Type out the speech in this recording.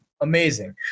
Amazing